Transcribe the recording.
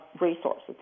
resources